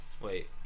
wait